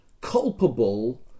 culpable